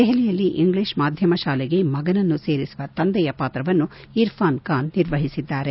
ದೆಹಲಿಯಲ್ಲಿ ಇಂಗ್ಲೀಷ್ ಮಾಧ್ಯಮ ಶಾಲೆಗೆ ಮಗನನ್ನು ಸೇರಿಸುವ ತಂದೆಯ ಪಾತ್ರವನ್ನು ಇರ್ಫಾನ್ ಖಾನ್ ನಿರ್ವಹಿಸಿದ್ದಾರೆ